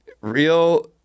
Real